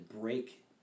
break